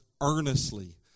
earnestly